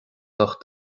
ucht